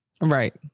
Right